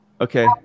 Okay